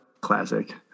classic